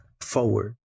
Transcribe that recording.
forward